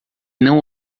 não